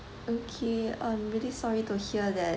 okay I'm really sorry to hear that